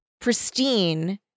pristine